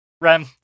Rem